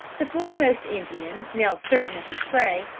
the foremost indian, now certain of his prey,